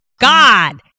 God